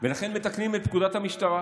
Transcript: ולכן מתקנים את פקודת המשטרה